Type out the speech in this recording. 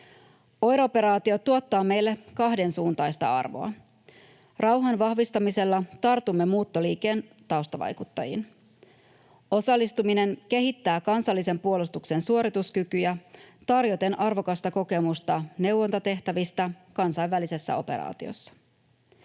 OIR-operaatio tuottaa meille kahdensuuntaista arvoa. Rauhan vahvistamisella tartumme muuttoliikkeen taustavaikuttajiin. Osallistuminen kehittää kansallisen puolustuksen suorituskykyjä tarjoten arvokasta kokemusta neuvontatehtävistä kansainvälisessä operaatiossa.